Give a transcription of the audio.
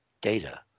data